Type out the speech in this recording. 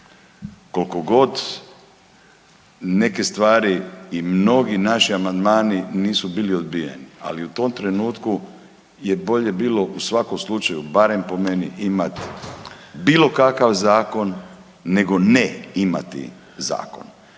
Koliko god neke stvari i mnogi naši amandmani nisu bili odbijeni, ali u tom trenutku je bolje bilo u svakom slučaju barem po meni imat bilo kakav zakon nego ne imati zakon.